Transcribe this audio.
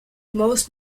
most